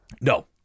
No